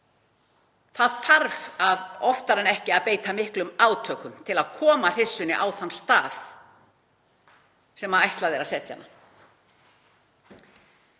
Það þarf oftar en ekki að beita miklum átökum til að koma hryssunni á þann stað sem ætlað er að setja hana.